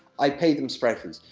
i pay them spread fees.